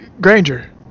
Granger